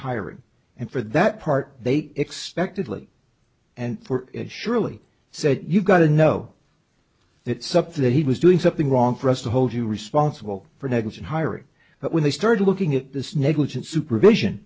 hiring and for that part they expected and for it surely said you've got to know that something that he was doing something wrong for us to hold you responsible for negligent hiring but when they started looking at this negligent supervision